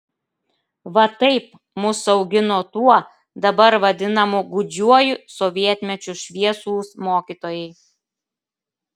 va taip mus augino tuo dabar vadinamu gūdžiuoju sovietmečiu šviesūs mokytojai